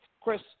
Chris